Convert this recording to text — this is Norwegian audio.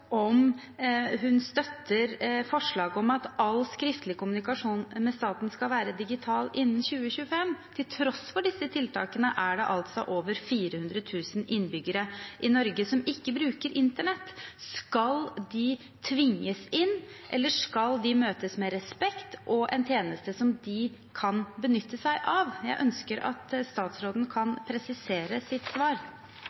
om hun støtter forslaget om at all skriftlig kommunikasjon med staten skal være digital innen 2025. Til tross for disse tiltakene er det over 400 000 innbyggere i Norge som ikke bruker internett. Skal de tvinges inn, eller skal de møtes med respekt og en tjeneste de kan benytte seg av? Jeg ønsker at statsråden